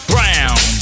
Brown